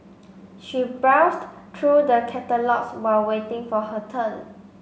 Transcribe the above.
she browsed through the catalogues while waiting for her turn